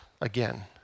again